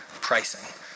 pricing